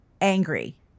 angry